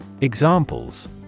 Examples